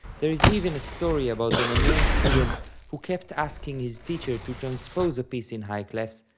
there is even a story about an annoying student who kept asking his teacher to transpose a piece in high clefs,